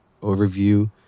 overview